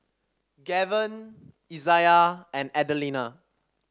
Gaven Izayah and Adelina